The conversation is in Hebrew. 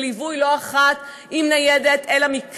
ולא אחת ליווי עם ניידת אל המקלט.